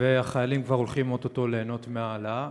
והחיילים כבר הולכים, או-טו-טו, ליהנות מההעלאה.